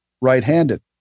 right-handed